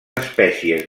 espècies